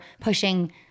pushing